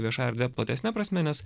viešąja erdve platesne prasme nes